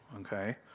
Okay